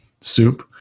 soup